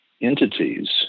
entities